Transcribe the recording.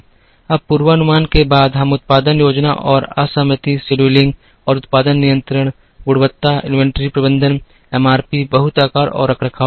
अब पूर्वानुमान के बाद हम उत्पादन योजना और असहमति शेड्यूलिंग और उत्पादन नियंत्रण गुणवत्ता इन्वेंट्री प्रबंधन एमआरपी बहुत आकार और रखरखाव करेंगे